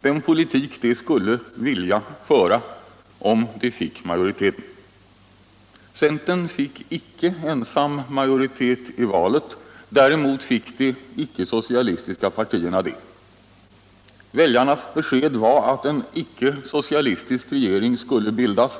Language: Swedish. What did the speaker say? den politik som de skulle vilja föra om de fick majoritet. Centern fick icke ensam majoritet i valet. Däremot fick de icke-socialistiska partierna det: Väljarnas besked var att en icke-socialistisk regering skulle bildas.